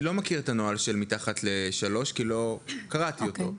אני לא מכיר את הנוהל של מתחת לשלוש כי לא קראתי אותו.